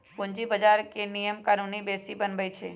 पूंजी बजार के नियम कानून सेबी बनबई छई